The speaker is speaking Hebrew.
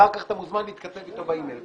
אחר כך אתה מוזמן להתכתב אתו באי-מייל.